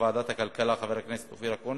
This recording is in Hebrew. ליושב-ראש ועדת הכלכלה, חבר הכנסת אופיר אקוניס,